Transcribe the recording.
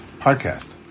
podcast